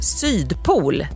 sydpol